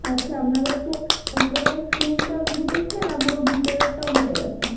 আচ্ছা আপনার হচ্ছে উপরে স্ক্রিনটা ফেটেছে না পুরো ভিতরেরটাও ফেটে গেছে